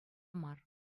мар